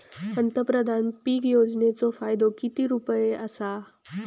पंतप्रधान पीक योजनेचो फायदो किती रुपये आसा?